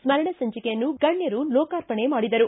ಸ್ಮರಣ ಸಂಚಿಕೆಯನ್ನು ಗಣ್ಣರು ಲೋಕಾರ್ಪಣೆ ಮಾಡಿದರು